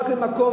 רק במקום,